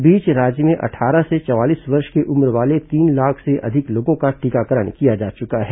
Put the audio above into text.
इस बीच राज्य में अट्ठारह से चवालीस वर्ष के उम्र वाले तीन लाख से अधिक लोगों का टीकाकरण किया जा चुका है